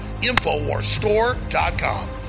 InfoWarsStore.com